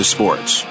Sports